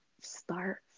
start